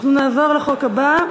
נעבור להצעת החוק הבאה,